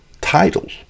titles